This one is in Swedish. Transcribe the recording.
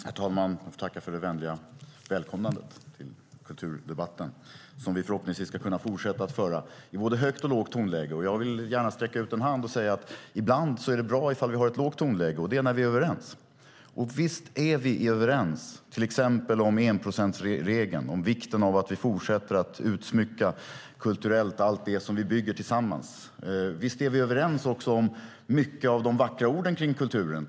Herr talman! Jag tackar för det vänliga välkomnandet till kulturdebatten, som vi förhoppningsvis ska kunna fortsätta att föra i både högt och lågt tonläge. Jag vill gärna sträcka ut en hand och säga att det ibland är bra att vi har ett lågt tonläge - när vi är överens. Och visst är vi överens till exempel om enprocentsregeln och om vikten av att vi fortsätter att kulturellt utsmycka allt det som vi bygger tillsammans. Visst är vi överens också om mycket av de vackra orden om kulturen.